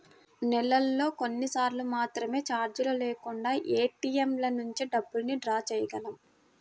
నెలలో కొన్నిసార్లు మాత్రమే చార్జీలు లేకుండా ఏటీఎంల నుంచి డబ్బుల్ని డ్రా చేయగలం